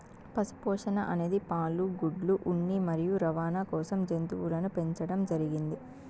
పశు పోషణ అనేది పాలు, గుడ్లు, ఉన్ని మరియు రవాణ కోసం జంతువులను పెంచండం జరిగింది